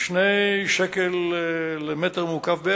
כ-2 שקלים למטר מעוקב.